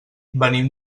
venim